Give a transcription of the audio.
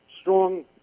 strong